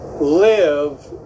live